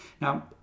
Now